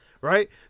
right